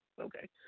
okay